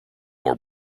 more